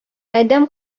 адәм